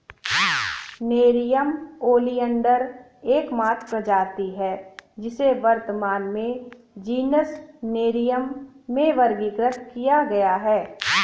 nerium oleander एकमात्र प्रजाति है जिसे वर्तमान में जीनस नेरियम में वर्गीकृत किया गया है